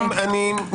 על מה את מדברת?